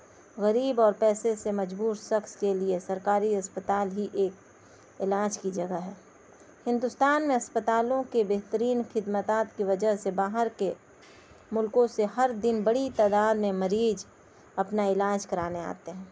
غریب اور پیسے سے مجبور شخص کے لیے سرکاری اسپتال ہی ایک علاج کی جگہ ہے ہندوستان میں اسپتالوں کے بہترین خدمات کی وجہ سے باہر کے ملکوں سے ہر دن بڑی تعداد میں مریض اپنا علاج کرانے آتے ہیں